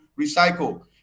recycle